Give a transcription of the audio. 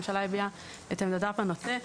הממשלה הביעה את עמדתה בנושא.